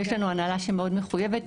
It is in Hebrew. יש לנו הנהלה שמאוד מחויבת,